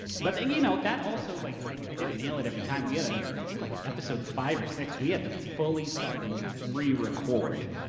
but then you know that also, like i didn't nail it every time. we had, ah i think, like episode five or six, we had to fully fuckin' rerecord